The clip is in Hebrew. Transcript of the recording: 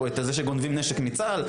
או את זה שגונבים נשק מצה"ל,